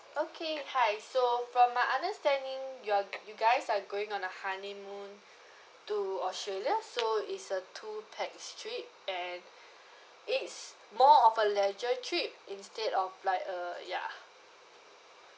okay hi so from my understanding you are you guys are going on a honeymoon to australia so it's a two pax trip and it's more of a leisure trip instead of like a ya